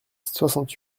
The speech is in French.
soixante